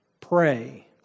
pray